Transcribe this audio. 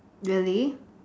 really